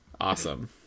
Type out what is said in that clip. Awesome